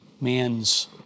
man's